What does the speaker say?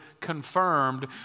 confirmed